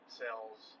cells